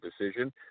decision